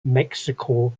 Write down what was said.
mexico